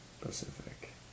Pacific